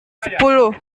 sepuluh